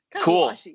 Cool